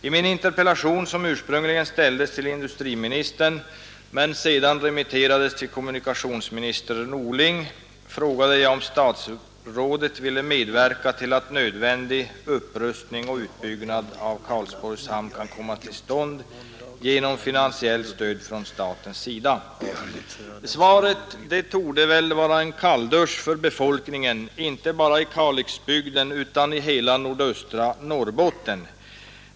I min interpellation, som ursprungligen ställdes till industriministern men som sedan remitterades till kommunikationsminister Norling, frågade jag om statsrådet vill medverka till att en nödvändig upprustning och utbyggnad av Karlsborgs hamn kan komma till stånd genom finansiellt stöd från statens sida. Svaret torde vara en kalldusch för befolkningen inte bara i Kalixbygden utan i hela nordöstra Norrbotten.